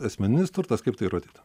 asmeninis turtas kaip tai įrodyt